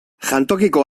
jantokiko